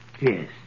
Yes